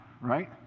right